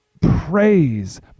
praise